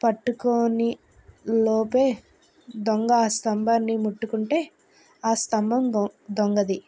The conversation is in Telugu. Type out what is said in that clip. పట్టుకొని లోపే దొంగ ఆ స్తంభాన్ని ముట్టుకుంటే ఆ స్తంభం దొం దొంగది